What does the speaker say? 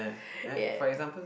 ya